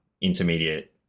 intermediate